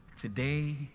Today